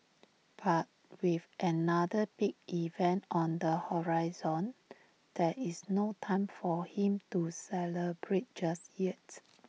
but with another big event on the horizon there is no time for him to celebrate just yet